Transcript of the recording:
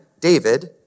David